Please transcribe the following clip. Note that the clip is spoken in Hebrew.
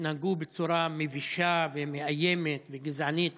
התנהגו בצורה מבישה, מאיימת וגזענית